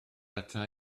ata